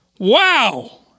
Wow